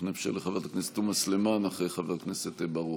אנחנו נאפשר לחברת הכנסת תומא סלימאן אחרי חבר הכנסת ברוכי.